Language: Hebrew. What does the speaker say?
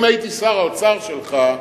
אם הייתי שר האוצר שלך,